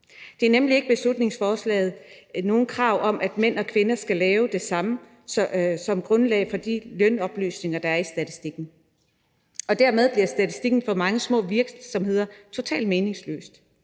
Der er nemlig i beslutningsforslaget ikke nogen krav om, at mænd og kvinder skal lave det samme, som grundlag for de lønoplysninger, der er i statistikken. Og dermed bliver statistikken for mange små virksomheder totalt meningsløs.